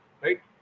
right